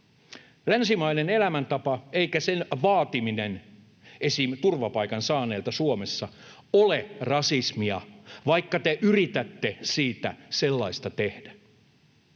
länsimainen elämäntapa eikä sen vaatiminen esim. turvapaikan saaneilta Suomessa ole rasismia, vaikka te yritätte siitä sellaista tehdä.